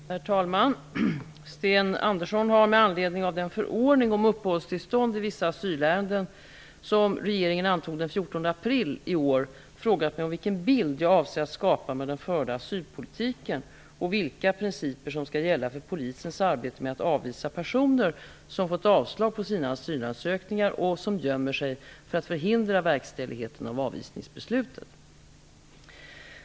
Herr talman! Sten Andersson i Malmö har med anledning av den förordning om uppehållstillstånd i vissa asylärenden som regeringen antog den 14 april i år frågat mig om vilken bild jag avser skapa med den förda asylpolitiken och vilka principer som skall gälla för polisens arbete med att avvisa personer som fått avslag på sina asylansökningar och som gömmer sig för att förhindra verkställigheten av avvisningsbeslutet.